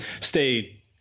stay